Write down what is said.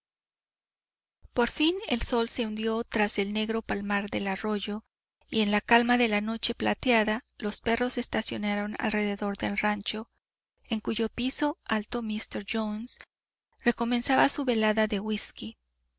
por fin el sol se hundió tras el negro palmar del arroyo y en la calma de la noche plateada los perros se estacionaron alrededor del rancho en cuyo piso alto míster jones recomenzaba su velada de whisky